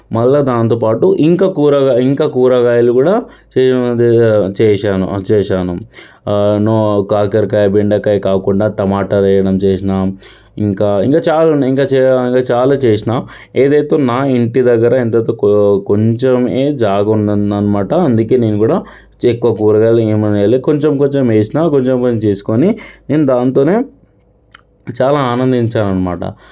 మళ్ళీ దానితోపాటు ఇంకా కూరగాయ ఇంకా కూరగాయలు కూడా చెయ్యనుది చేసా చేసాను కాకరకాయ బెండకాయ కాకుండా టమాటాలు వేయడం చేసినా ఇంకా ఇంకా చాలా ఉన్నాయి చాలా చేసినా ఏదైతే నా ఇంటి దగ్గర ఎంతైతే కొ కొంచమే జాగా ఉందన్నమాట అందుకే నేను కూడా ఎక్కువ కూరగాయలు ఏమీ వేయలేదు కొంచెం కొంచెం వేసినా కొంచెం కొంచెం తీసుకుని నేను దానితోనే చాలా ఆనందించాననమాట